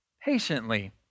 patiently